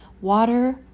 water